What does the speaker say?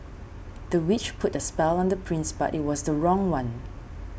the witch put a spell on the prince but it was the wrong one